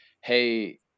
Hey